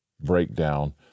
breakdown